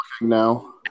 No